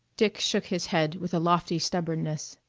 dick shook his head with a lofty stubbornness.